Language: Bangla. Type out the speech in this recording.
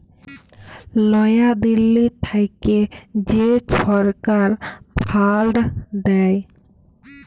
লয়া দিল্লী থ্যাইকে যে ছরকার ফাল্ড দেয়